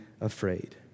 afraid